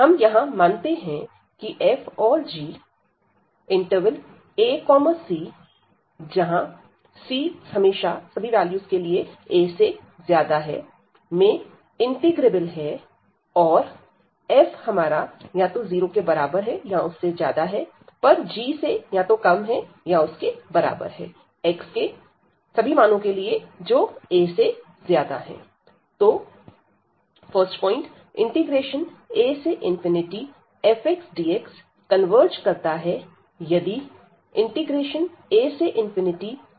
हम यहां मानते हैं की f और g ac∀c≥a में इंटीग्रेबल है और 0≤f≤g∀xa तो afxdx कन्वर्ज करता है यदि agxdx कन्वर्ज करता है